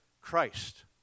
Christ